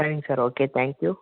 சரிங்க sir okay thank you